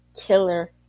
killer